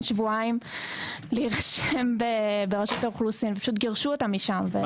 שבועיים להירשם ברשות האוכלוסין וגירשו אותם משם פשוט.